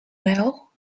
well